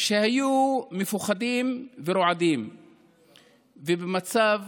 שהיו מפוחדים ורועדים ובמצב